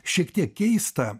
šiek tiek keista